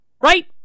right